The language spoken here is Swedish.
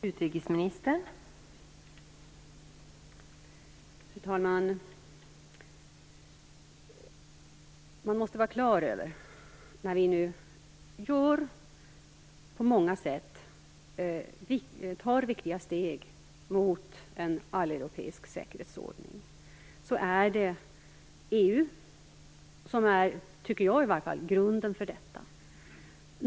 Fru talman! När vi nu på många sätt tar viktiga steg mot en alleuropeisk säkerhetsordning måste vi vara klara över att det - i varje fall som jag tycker - är EU som är grunden för detta.